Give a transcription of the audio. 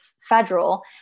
federal